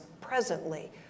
presently